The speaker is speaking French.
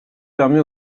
permet